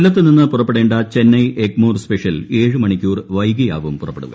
കൊല്ലത്ത് നിന്ന് പുറപ്പെടേണ്ട ചെന്നൈ എഗ്മോർ സ്പെഷ്യൽ ഏഴ് മണിക്കൂർ വൈകിയാവും പുറപ്പെടുക